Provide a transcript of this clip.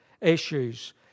issues